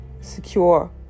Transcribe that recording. secure